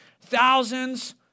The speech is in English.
thousands